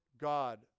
God